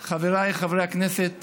חבריי חברי הכנסת